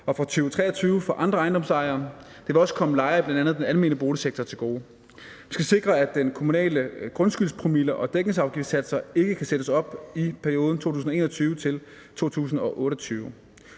og fra 2023 for andre ejendomsejere. Det vil også komme lejere i bl.a. den almene boligsektor til gode. Vi skal sikre, at den kommunale grundskyldspromille og dækningsafgiftssatser ikke kan sættes op i perioden 2021-2028.